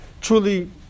truly